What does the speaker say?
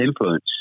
influence